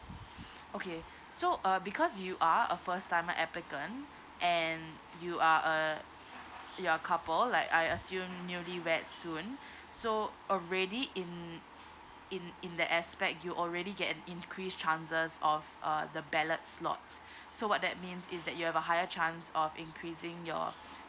okay so uh because you are a first timer applicant and you are a you're couple like I assume newlyweds soon so already in in in the aspect you already get an increase chances of uh the ballot's slot so what that means is that you have a higher chance of increasing your